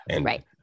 Right